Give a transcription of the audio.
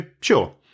sure